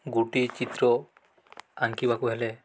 ଗୋଟିଏ ଚିତ୍ର ଆଙ୍କିବାକୁ ହେଲେ